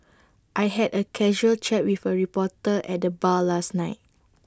I had A casual chat with A reporter at the bar last night